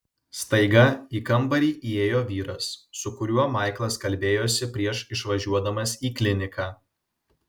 staiga į kambarį įėjo vyras su kuriuo maiklas kalbėjosi prieš išvažiuodamas į kliniką